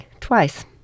twice